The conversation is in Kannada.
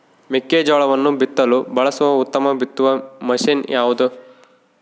ಮೆಕ್ಕೆಜೋಳವನ್ನು ಬಿತ್ತಲು ಬಳಸುವ ಉತ್ತಮ ಬಿತ್ತುವ ಮಷೇನ್ ಯಾವುದು?